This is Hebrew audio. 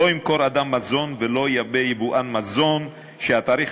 לא ימכור אדם מזון ולא ייבא יבואן מזון שהתאריך